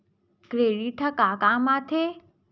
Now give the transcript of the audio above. Credit ह का काम आथे?